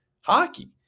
hockey